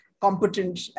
Competent